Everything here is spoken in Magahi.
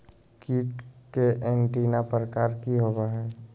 कीट के एंटीना प्रकार कि होवय हैय?